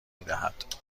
میدهد